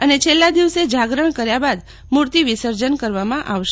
અને છેલ્લા દિવસે જાગરણ કરી મૂર્તિ વિસર્જન કરવામાં આવશે